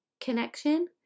Connection